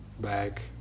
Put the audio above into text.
back